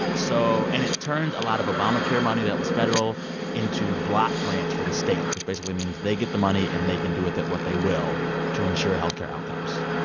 ah so and it turns a lot of obamacare money that was federal into block grants for the states, which basically means they get the money, and they can do with it what they will to insure health care outcomes.